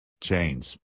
Chains